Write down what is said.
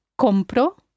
Compro